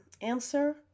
answer